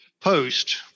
post